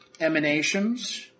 emanations